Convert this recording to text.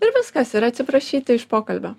ir viskas ir atsiprašyti iš pokalbio